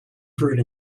brewed